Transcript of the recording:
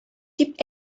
дип